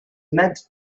meant